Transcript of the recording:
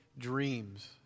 dreams